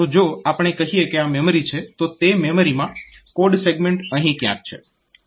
તો જો આપણે કહીએ કે આ મેમરી છે તો તે મેમરીમાં કોડ સેગમેન્ટ અહીં ક્યાંક છે